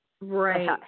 right